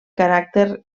caràcter